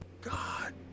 god